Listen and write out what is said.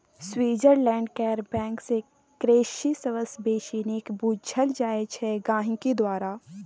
Switzerland केर bank secrecy सबसँ बेसी नीक बुझल जाइ छै गांहिकी द्वारा